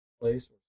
place